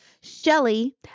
Shelley